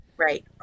Right